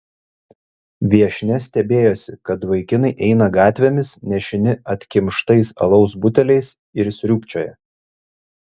viešnia stebėjosi kad vaikinai eina gatvėmis nešini atkimštais alaus buteliais ir sriūbčioja